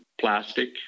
plastic